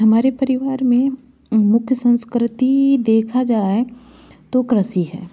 हमारे परिवार में मुख्य संस्कृति देखा जाए तो कृषि है